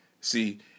See